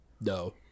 No